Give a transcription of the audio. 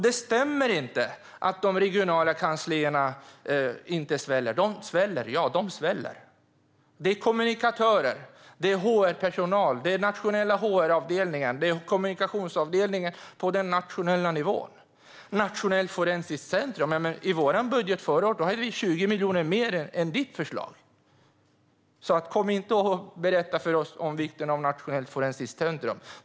Det stämmer inte att de regionala kanslierna inte skulle svälla. Jo, de sväller. Det är kommunikatörer, det är HR-personal, det är HR-avdelningen och kommunikationsavdelningen på den nationella nivån. Vad gäller Nationellt forensiskt centrum hade vi i vår budget förra året 20 miljoner mer än regeringen. Kom inte och berätta för oss om vikten av Nationellt forensiskt centrum!